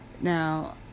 Now